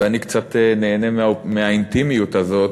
ואני קצת נהנה מהאינטימיות הזאת,